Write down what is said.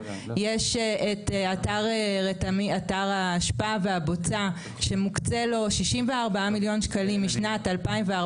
יש את אתר האשפה והבוצה שמוקצה לו 64 מיליון שקלים משנת 2014